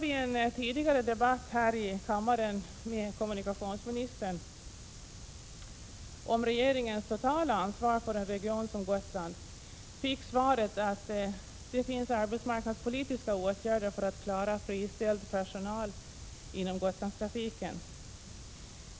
I en tidigare debatt här i kammaren med kommunikationsministern om regeringens totala ansvar för en region som Gotland fick jag svaret att arbetsmarknadspolitiska åtgärder fanns att vidta för att klara friställd personal inom Gotlandstrafiken.